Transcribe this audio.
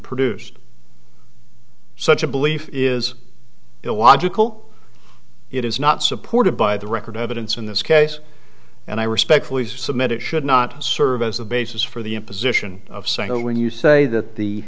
produced such a belief is illogical it is not supported by the record evidence in this case and i respectfully submit it should not serve as a basis for the imposition of saying when you say that the